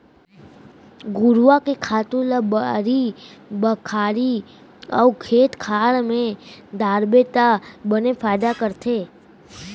घुरूवा के खातू ल बाड़ी बखरी अउ खेत खार म डारबे त बने फायदा करथे